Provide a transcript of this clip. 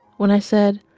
when i said,